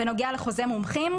בנושא לחוזה מומחים,